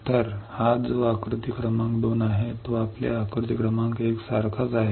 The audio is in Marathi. तर हा जो आकृती क्रमांक 2 आहे तो काहीच नाही परंतु आपल्या आकृती क्रमांक एक सारखाच आहे